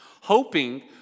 hoping